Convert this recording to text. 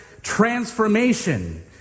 transformation